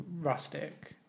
rustic